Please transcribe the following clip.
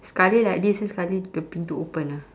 sekali like this then sekali the pintu open ah